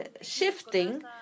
shifting